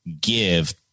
give